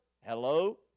Hello